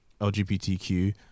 LGBTQ